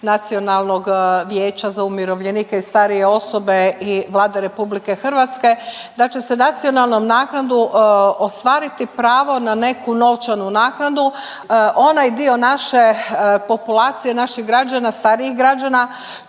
Nacionalnog vijeća za umirovljenike i starije osobe i Vlade Republike Hrvatske. Dakle za nacionalnu naknadu ostvariti pravo na neku novčanu naknadu onaj dio naše populacije, naših građana, starijih građana